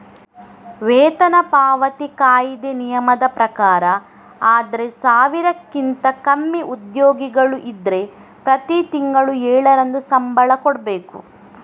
ವೇತನ ಪಾವತಿ ಕಾಯಿದೆ ನಿಯಮದ ಪ್ರಕಾರ ಆದ್ರೆ ಸಾವಿರಕ್ಕಿಂತ ಕಮ್ಮಿ ಉದ್ಯೋಗಿಗಳು ಇದ್ರೆ ಪ್ರತಿ ತಿಂಗಳು ಏಳರಂದು ಸಂಬಳ ಕೊಡ್ಬೇಕು